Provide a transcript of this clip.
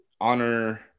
honor